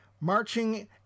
marching